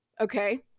Okay